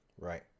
right